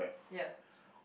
ya